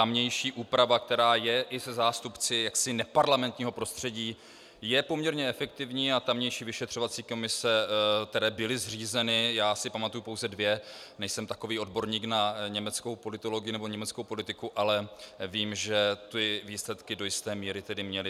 A tamější úprava, která je i se zástupci neparlamentního prostředí, je poměrně efektivní a tamější vyšetřovací komise, které byly zřízeny, já si pamatuji pouze dvě, nejsem takový odborník na německou politologii nebo německou politiku, ale vím, že ty výsledky do jisté míry tedy měli.